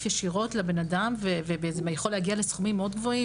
ישירות לבן אדם ויכולה להגיע לסכומים מאוד גבוהים,